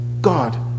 God